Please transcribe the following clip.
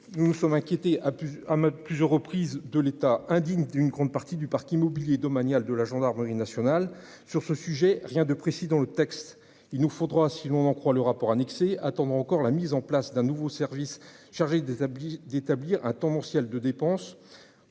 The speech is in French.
nous nous sommes inquiétés a plus âme à plusieurs reprises de l'État, indigne d'une grande partie du parc immobilier domaniale de la gendarmerie nationale sur ce sujet rien de précis dans le texte, il nous faudra si l'on en croit le rapport annexé attendra encore la mise en place d'un nouveau service chargé des habits d'établir un tendanciel de dépenses